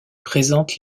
présente